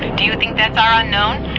do you think that's our unknown?